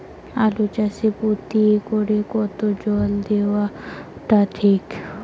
আলু চাষে প্রতি একরে কতো জল দেওয়া টা ঠিক?